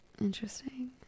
Interesting